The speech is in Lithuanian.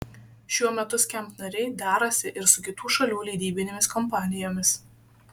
šiuo metu skamp nariai derasi ir su kitų šalių leidybinėmis kompanijomis